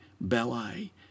ballet